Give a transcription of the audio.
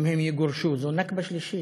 אם הם יגורשו, זו נכבה שלישית.